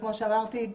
כמו שאמרתי,